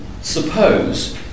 suppose